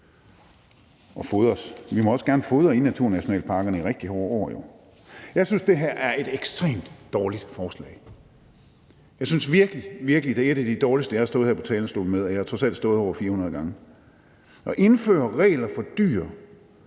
og fodres. Vi må jo også gerne fodre i naturnationalparkerne i rigtig hårde år. Jeg synes, at det her er et ekstremt dårligt forslag. Jeg synes virkelig, det er et af de dårligste forslag, jeg har stået her på talerstolen med, og jeg har trods alt stået her over 400 gange. Til det med at indføre regler for dyr